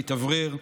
להתאוורר,